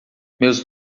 meus